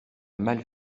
mal